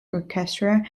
orchestra